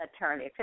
attorney